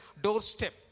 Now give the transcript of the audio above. doorstep